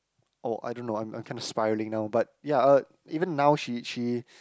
oh I don't know I'm I'm kinda spiralling now but ya uh even now she she